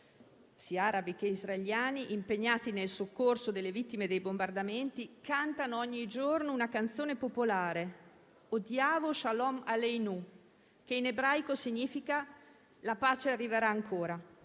sia arabi sia israeliani, impegnati nel soccorso delle vittime dei bombardamenti, cantino ogni giorno una canzone popolare, «Od Yavo Shalom Aleinu», che in ebraico significa «La pace arriverà ancora»: